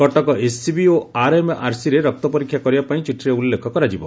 Cuttack SCB ଓ ଆରଏମଆରସିରେ ରକ୍ତ ପରୀକ୍ଷା କରିବା ପାଇଁ ଚିଠିରେ ଉଲ୍କେଖ କରାଯିବ